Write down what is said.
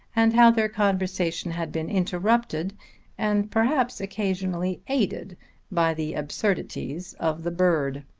and how their conversation had been interrupted and perhaps occasionally aided by the absurdities of the bird.